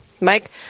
Mike